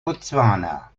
botswana